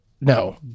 no